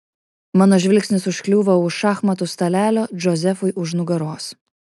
mano žvilgsnis užkliūva už šachmatų stalelio džozefui už nugaros